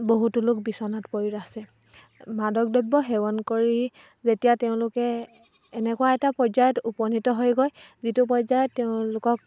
বহুতো লোক বিচনাত পৰি আছে মাদক দ্ৰব্য সেৱন কৰি যেতিয়া তেওঁলোকে এনেকুৱা এটা পৰ্যায়ত উপনীত হয়গৈ যিটো পৰ্যায়ত তেওঁলোকক